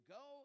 go